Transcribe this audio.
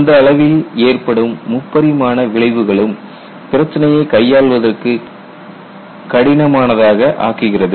அந்த அளவில் ஏற்படும் முப்பரிமாண விளைவுகளும் பிரச்சினையை கையாள்வதற்கு கடினமானதாக ஆக்குகிறது